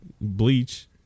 bleach